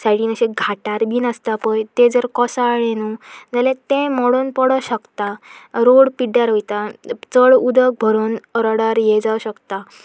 सायडीन अशे घाटार बीन आसता पळय तें जर कोसळ्ळें न्हू जाल्यार तें मोडोवन पडोंक शकता रोड पिड्ड्यार वयता चड उदक भरोवन रोडार हे जावं शकता